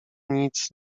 nic